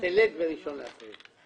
ב-1 באפריל.